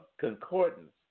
concordance